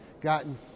gotten